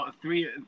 three